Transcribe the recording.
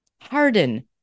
harden